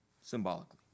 symbolically